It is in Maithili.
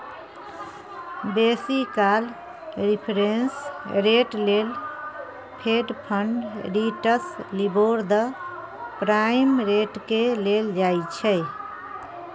बेसी काल रेफरेंस रेट लेल fed fund rates, LIBOR, the prime रेटकेँ लेल जाइ छै